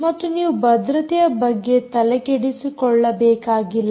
ಮತ್ತು ನೀವು ಭದ್ರತೆಯ ಬಗ್ಗೆ ತಲೆ ಕೆಡಿಸಿಕೊಳ್ಳಬೇಕಾಗಿಲ್ಲ